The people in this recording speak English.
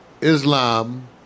Islam